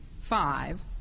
five